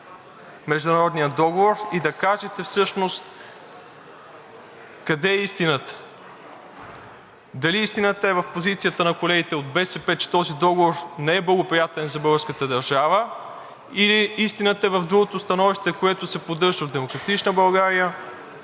международния договор и да кажете всъщност къде е истината. Дали истината е в позицията на колегите от БСП, че този договор не е благоприятен за българската държава, или истината е в другото становище, което се поддържа от „Демократична България“,